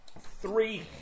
three